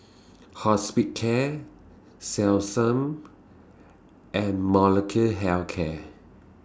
Hospicare Selsun and Molnylcke Health Care